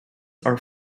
are